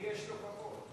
למי יש לו כבוד?